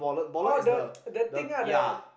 oh the the thing ah the